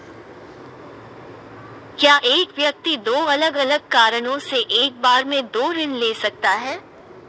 क्या एक व्यक्ति दो अलग अलग कारणों से एक बार में दो ऋण ले सकता है?